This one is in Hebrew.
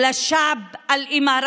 (אומרת בערבית: ולעם האמירתי,